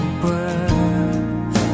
breath